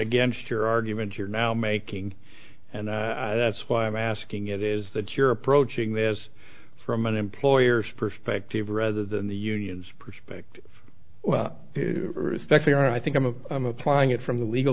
against your argument you're now making and that's why i'm asking it is that you're approaching this from an employer's perspective rather than the union's perspective i think i'm applying it from the legal